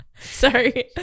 Sorry